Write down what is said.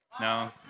No